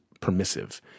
permissive